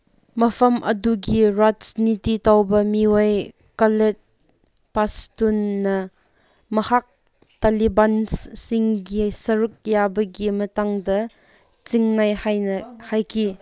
ꯃꯐꯝ ꯑꯗꯨꯒꯤ ꯔꯥꯖꯅꯤꯇꯤ ꯇꯧꯕ ꯃꯤꯑꯣꯏ ꯀꯂꯦꯠ ꯄꯁꯇꯨꯟꯅ ꯃꯍꯥꯛ ꯇꯂꯤꯕꯥꯟꯁꯁꯤꯡꯒꯤ ꯁꯔꯨꯛ ꯌꯥꯕꯒꯤ ꯃꯇꯥꯡꯗ ꯆꯤꯡꯅꯩ ꯍꯥꯏꯅ ꯍꯥꯏꯈꯤ